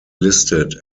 listed